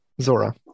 Zora